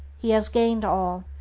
he has gained all,